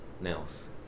nails